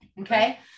Okay